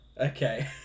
Okay